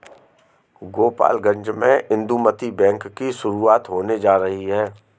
गोपालगंज में इंदुमती बैंक की शुरुआत होने जा रही है